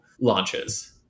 launches